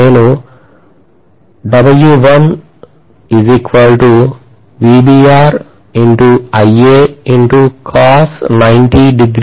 నేనుఅని చెప్పాలి